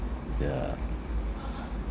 yeah